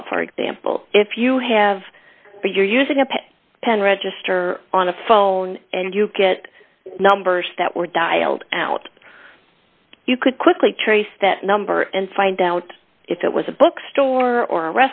call for example if you have or you're using a pen register on a phone and you get numbers that were dialed out you could quickly trace that number and find out if it was a bookstore or a